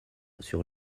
sur